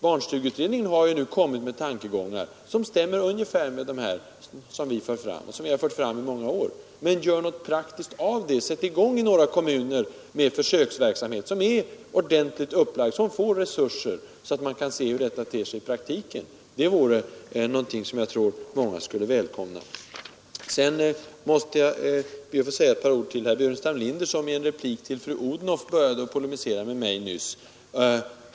Barnstugeutredningen har ju nu fört fram tankegångar som stämmer ungefär med dem som vi talar för och har talat för i många år. Men gör något praktiskt av det! Sätt i gång i några kommuner med en ordentligt upplagd försöksverksamhet, som får resurser, så att man kan se hur det slår ut i praktiken! Det tror jag att många skulle välkomna. Jag vill vidare säga några ord till herr Burenstam Linder, som i en replik till fru Odhnoff började polemisera med mig.